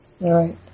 Right